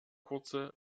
kurze